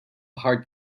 heart